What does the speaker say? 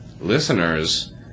Listeners